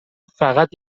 فقط